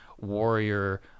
warrior